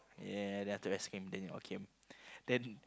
ya ya ya then after that the rest came then they all came then